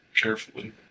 carefully